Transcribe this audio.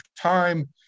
time